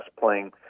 playing